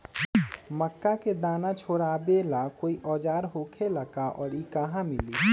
मक्का के दाना छोराबेला कोई औजार होखेला का और इ कहा मिली?